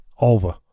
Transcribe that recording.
Over